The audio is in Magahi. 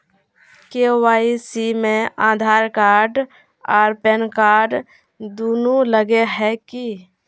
के.वाई.सी में आधार कार्ड आर पेनकार्ड दुनू लगे है की?